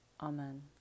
Amen